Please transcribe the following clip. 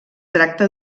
tracta